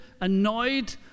annoyed